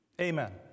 Amen